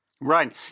Right